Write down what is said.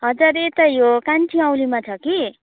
हजुर यता यो कान्छी औँलीमा छ कि